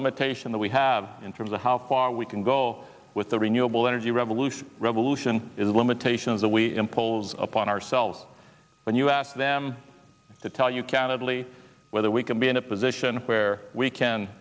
limitation that we have in terms of how far we can go with the renewable energy revolution revolution is limitations that we impose upon ourselves when you ask them to tell you candidly whether we can be in a position where we can